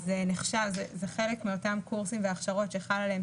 זה חלק מאותם קורסים והכשרות שחל עליהם